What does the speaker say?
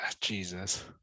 Jesus